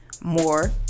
more